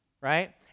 right